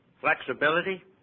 flexibility